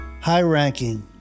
high-ranking